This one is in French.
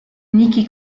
nikki